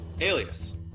Alias